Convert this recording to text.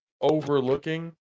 overlooking